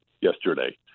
yesterday